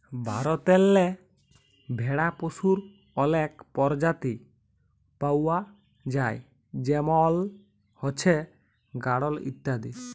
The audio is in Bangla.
ভারতেল্লে ভেড়া পশুর অলেক পরজাতি পাউয়া যায় যেমল হছে গাঢ়ল ইত্যাদি